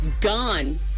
Gone